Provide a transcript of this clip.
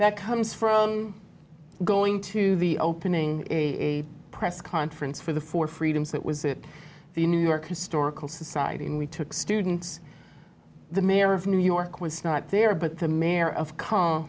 that comes from going to the opening a press conference for the four freedoms that was it the new york historical society and we took students the mayor of new york was not there but the mayor of